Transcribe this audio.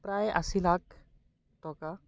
প্ৰায় আশী লাখ টকা